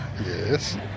Yes